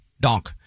Donk